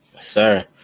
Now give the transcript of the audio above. Sir